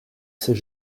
sait